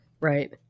Right